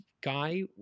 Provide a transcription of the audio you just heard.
guy